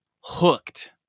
hooked